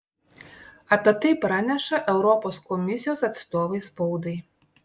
apie tai praneša europos komisijos atstovai spaudai